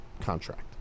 contract